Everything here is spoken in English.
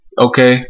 okay